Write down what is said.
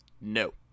No